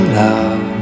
love